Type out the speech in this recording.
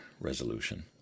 Resolution